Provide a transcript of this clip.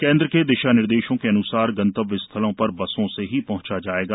केंद्र के दिशा निर्देशों के अनुसार गंतव्य स्थलों पर बसों से ही पहंचा जाएगा